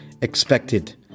expected